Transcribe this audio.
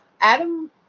Adam